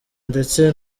ndetse